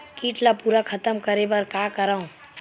कीट ला पूरा खतम करे बर का करवं?